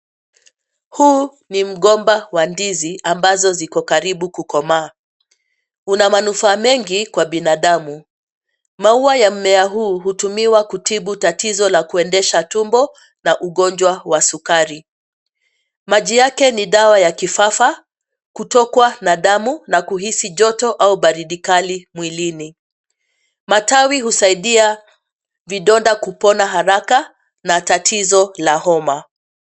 Huu ni mgomba wa ndizi ambazo ziko karibu kukomaa, una manufaa mengi kwa binadamu, maua ya mmea huu hutumiwa kutibu tatizo la kuendesha tumbo, na ugonjwa wa sukari. Maji yake ni dawa ya kifafa, kutokwa na damu na kuhisi joto au baridi kali mwilini. Matawi husaidia, vidonda kupona haraka, na tatizo la homa.